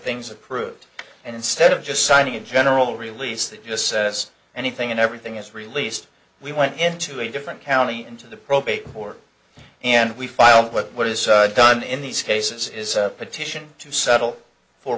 things approved and instead of just signing a general release that just says anything and everything is released we went into a different county into the probate court and we filed what is done in these cases is a petition to settle fo